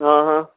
हा हा